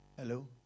Hello